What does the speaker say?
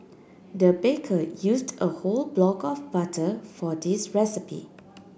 the baker used a whole block of butter for this recipe